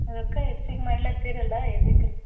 ರೊಕ್ಕ ಹೆಚ್ಚಿಗೆ ಮಾಡ್ಲಾತ್ತೀರಲ್ಲ ಯದಕ್ಕೆ ರೀ